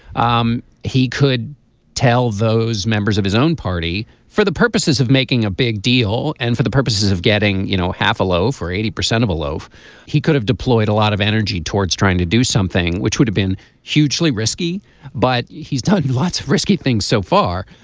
um he could tell those members of his own party for the purposes of making a big deal and for the purposes of getting you know half a loaf for eighty percent of a loaf he could have deployed a lot of energy towards trying to do something which would have been hugely risky but he's done lots of risky things so far.